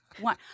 one